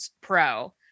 pro